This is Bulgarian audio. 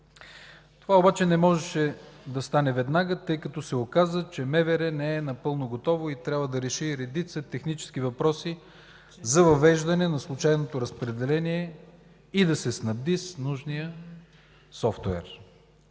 Това обаче не можеше да стане веднага, тъй като се оказа, че МВР не е напълно готово и трябва да реши редица технически въпроси за въвеждане на случайното разпределение и да се снабди с нужния софтуер.